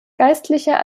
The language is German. geistlicher